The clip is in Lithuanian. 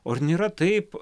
o ar nėra taip